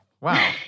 Wow